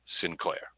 Sinclair